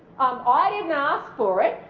ah didn't ask for it.